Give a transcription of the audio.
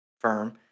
firm